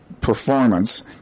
performance